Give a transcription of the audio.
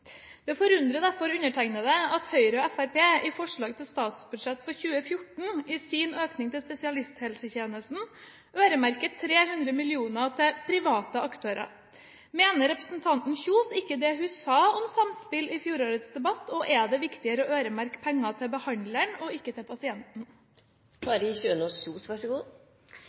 Det forundrer meg derfor at Høyre og Fremskrittspartiet i forslag til statsbudsjett for 2014 i sin økning til spesialisthelsetjenesten øremerket 300 mill. kr til private aktører. Mener ikke representanten Kjønaas Kjos det hun sa om samspill i fjorårets debatt? Og er det viktigere å øremerke penger til behandleren og ikke til pasienten?